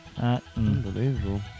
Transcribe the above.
Unbelievable